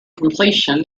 completion